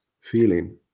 feeling